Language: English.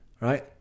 right